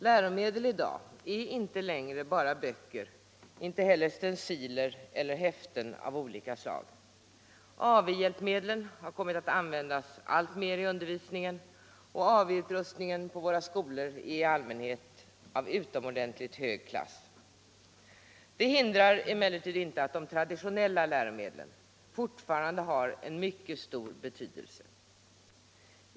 Läromedel är inte längre bara böcker, stenciler och häften av olika slag. AV-hjälpmedlen har kommit att användas alltmer i undervisningen, och AV-utrustningen på våra skolor är i allmänhet av utomordentligt hög klass. Det hindrar emellertid inte att de traditinella läromedlen fortfarande har en mycket stor betydelse.